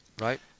Right